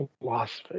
philosophy